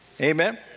Amen